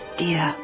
dear